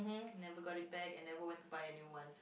never got it back and never want to buy a new one